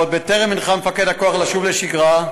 ועוד בטרם הנחה מפקד הכוח לשוב לשגרה,